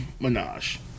minaj